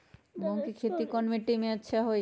मूँग के खेती कौन मीटी मे होईछ?